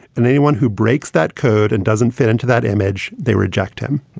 and anyone who breaks that code and doesn't fit into that image, they reject him